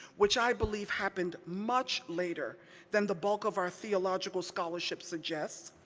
which i believe happened much later than the bulk of our theological scholarship suggests,